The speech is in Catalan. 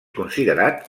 considerat